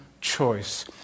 choice